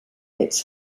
its